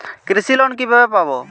কৃষি লোন কিভাবে পাব?